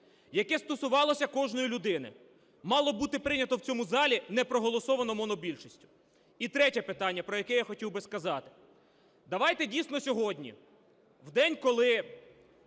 яке стосувалося кожної людини, мало бути прийнято в цьому залі, не проголосовано монобільшістю. І третє питання, про яке я хотів би сказати. Давайте, дійсно, сьогодні, в день, коли